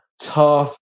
tough